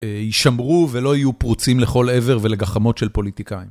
יישמרו ולא יהיו פרוצים לכל עבר ולגחמות של פוליטיקאים.